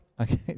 okay